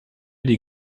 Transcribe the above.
die